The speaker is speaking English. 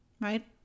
right